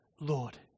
Lord